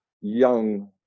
young